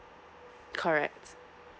correct